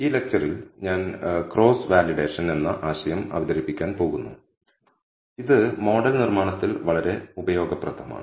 ഈ ലെക്ച്ചറിൽ ഞാൻ ക്രോസ് വാലിഡേഷൻ എന്ന ആശയം അവതരിപ്പിക്കാൻ പോകുന്നു ഇത് മോഡൽ നിർമ്മാണത്തിൽ വളരെ ഉപയോഗപ്രദമാണ്